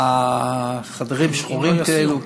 חדרים שחורים כאלה,